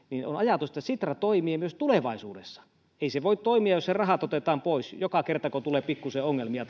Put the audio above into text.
on ajatus että sitra toimii myös tulevaisuudessa ei se voi toimia jos sen rahat otetaan pois joka kerta kun tulee pikkusen ongelmia